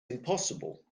impossible